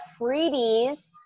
freebies